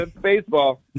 Baseball